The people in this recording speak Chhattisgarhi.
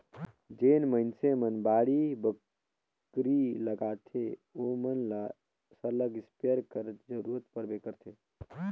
जेन मइनसे मन बाड़ी बखरी लगाथें ओमन ल सरलग इस्पेयर कर जरूरत परबे करथे